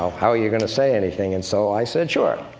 how are you going to say anything? and so i said, sure.